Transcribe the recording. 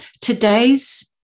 today's